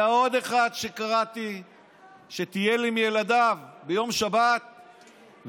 היה עוד אחד שקראתי שטייל עם ילדיו ביום שבת ואמר